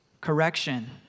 Correction